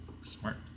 Smart